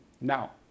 Now